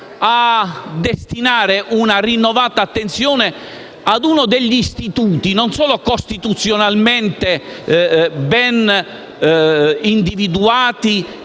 a destinare una rinnovata attenzione a un istituto costituzionalmente ben individuato